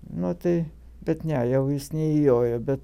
nu tai bet ne jau jis neįjojo bet